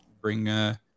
bring